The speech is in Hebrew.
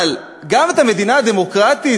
אבל גם את המדינה הדמוקרטית,